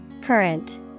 Current